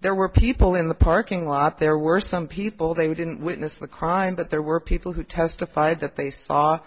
there were people in the parking lot there were some people they didn't witness the crime but there were people who testified that they saw